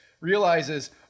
realizes